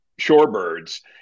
shorebirds